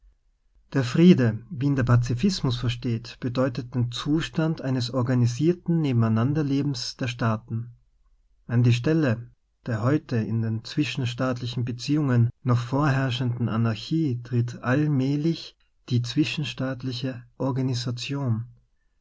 der friede wie ihn der pazifismus versteht bedeutet den zustand eines organisierten nebeneinanderlebens der staaten an die stelle der heute in den zwischenstaatlichen beziehungen noch vorherrschenden anarchie tritt allmählich die zwischen staatliche organisation